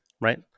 right